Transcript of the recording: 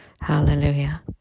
Hallelujah